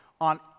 on